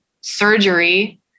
surgery